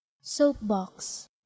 Soapbox